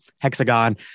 hexagon